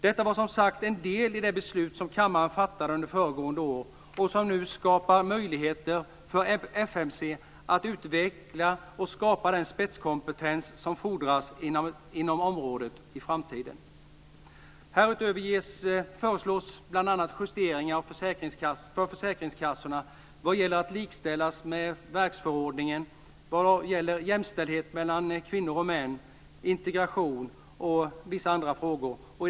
Detta var, som sagt, en del i det beslut som kammaren fattade under föregående år och som nu skapar möjlighet för FMC att utveckla och skapa den spetskompetens som fordras inom området i framtiden. Härutöver föreslås bl.a. justeringar för försäkringskassorna som innebär att de ska likställas med verksförordningen när det gäller jämställdhet mellan kvinnor och män samt integration.